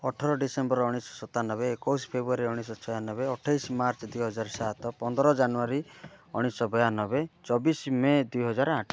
ଅଠର ଡିସେମ୍ବର୍ ଉଣେଇଶ ଶହ ସତାନବେ ଏକୋଇଶ ଫେବୃୟାରୀ ଉଣେଇଶ ଛୟାନବେ ଅଠେଇଶ ଶହ ମାର୍ଚ୍ଚ୍ ଦୁଇ ହଜାର ସାତ ପନ୍ଦର ଜାନୁୟାରୀ ଉଣେଇଶ ବୟାନବେ ଚବିଶ ମେ ଦୁଇ ହଜାର ଆଠ